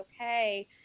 okay